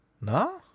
No